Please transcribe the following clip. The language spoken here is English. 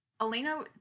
Elena